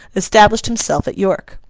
established himself at york.